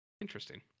interesting